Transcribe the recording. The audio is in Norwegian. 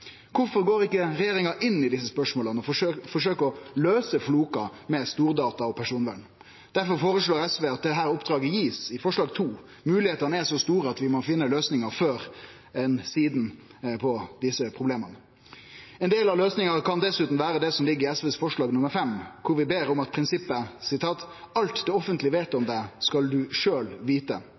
går ikkje regjeringa inn i desse spørsmåla og forsøkjer å løyse flokar med stordata og personvern? Difor føreslår SV i forslag nr. 2 at dette oppdraget blir gitt til regjeringa. Moglegheitene er så store at vi før eller sidan må finne løysingar på desse problema. Ein del av løysinga kan dessutan vere det som ligg i SVs forslag nr. 5, der vi ber om at prinsippet om at «alt det offentlige vet om en person skal personen også selv vite»,